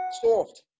Soft